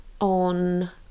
on